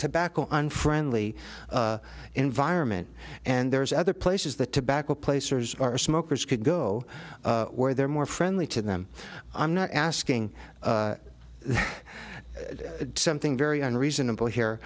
tobacco unfriendly environment and there's other places the tobacco placers our smokers could go where they're more friendly to them i'm not asking something very and reasonable here